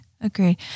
Agreed